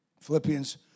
Philippians